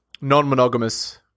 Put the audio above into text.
non-monogamous